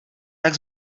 tak